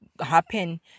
happen